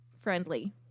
Friendly